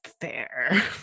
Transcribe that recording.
fair